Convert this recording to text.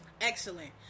Excellent